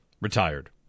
retired